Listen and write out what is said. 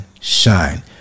shine